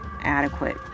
adequate